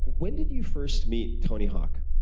when did you first meet tony hawk?